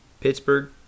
Pittsburgh